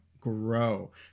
grow